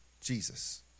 Jesus